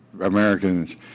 americans